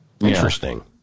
Interesting